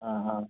ആ ആ